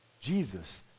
Jesus